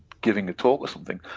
giving a talk or something,